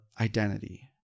identity